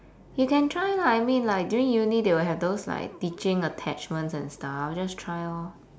you can try lah I mean like during uni they will have those like teaching attachments and stuff just try lor